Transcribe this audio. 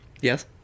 Yes